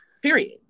Period